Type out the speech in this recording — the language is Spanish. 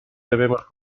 debemos